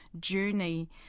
journey